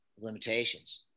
limitations